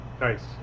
Nice